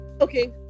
okay